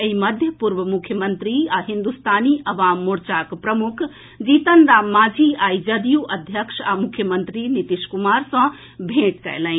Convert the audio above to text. एहि मध्य पूर्व मुख्यमंत्री आ हिन्दुस्तानी अवाम मोर्चाक प्रमुख जीतन राम मांझी आई जदयू अध्यक्ष आ मुख्यमंत्री नीतीश कुमार सँ भेंट कयलनि